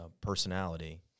personality